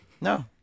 No